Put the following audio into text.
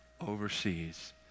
overseas